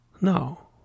No